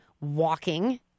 Walking